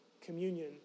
communion